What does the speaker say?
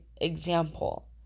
example